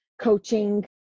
coaching